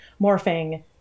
morphing